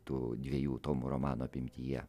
tų dviejų tomų romano apimtyje